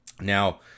Now